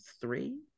three